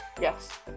Yes